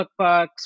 cookbooks